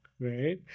right